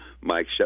mike